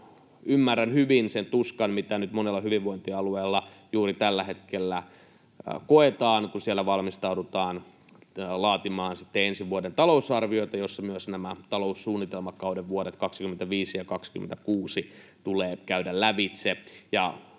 ymmärrän hyvin sen tuskan, mitä nyt monella hyvinvointialueella juuri tällä hetkellä koetaan, kun siellä valmistaudutaan laatimaan ensi vuoden talousarviota, jossa myös nämä taloussuunnitelmakauden vuodet 25 ja 26 tulee käydä lävitse,